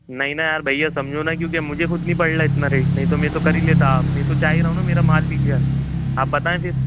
नहीं न यार भैया समझो न क्योंकि मुझे खुद नहीं पड़ रहा इतना रेट नहीं तो मैं तो करी लेता मैं तो चाही रहा हूँ न मेरा माल बिक जाए आप बताएं फिर